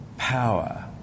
power